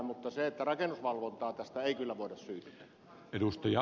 mutta rakennusvalvontaa tästä ei kyllä voida syyttää